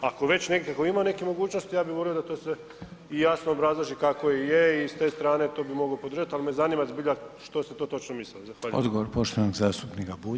Ako već nekako ima nekakve mogućnosti ja bi volio da to se i jasno obrazloži kako i je i s te strane to bi mogao podržati ali me zanima zbilja što ste to točno mislili.